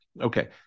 Okay